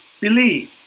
believe